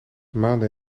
maande